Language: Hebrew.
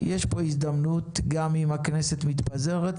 יש פה הזדמנות גם אם הכנסת מתפזרת,